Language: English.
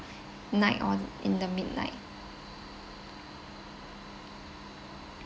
night or in the midnight